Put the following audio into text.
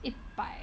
一百